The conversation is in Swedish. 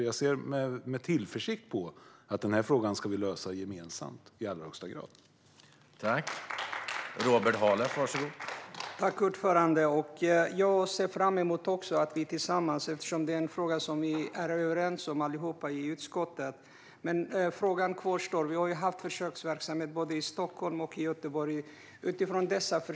Jag ser alltså med tillförsikt på att vi ska lösa frågan gemensamt.